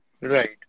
right